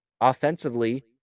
offensively